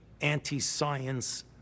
anti-science